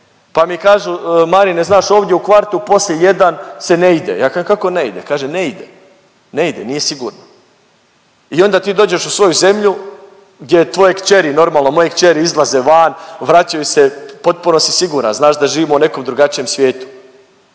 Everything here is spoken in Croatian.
pa mi kažu, Marine znaš ovdje u kvartu poslije jedan se ne ide, ja kažem kako ne ide, kaže ne ide, ne ide, nije sigurno i onda ti dođeš u svoju zemlju gdje tvoje kćeri, normalno moje kćeri izlaze van, vraćaju se, potpuno si siguran, znaš da živimo u nekom drugačijem svijetu,